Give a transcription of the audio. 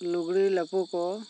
ᱞᱩᱜᱽᱲᱤ ᱞᱟᱯᱚ ᱠᱚ